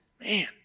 Man